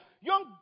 young